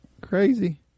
crazy